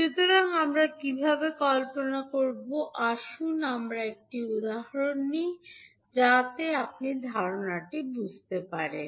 সুতরাং আমরা কীভাবে কল্পনা করব আসুন আমরা একটি উদাহরণ নিই যাতে আপনি ধারণাটি বুঝতে পারেন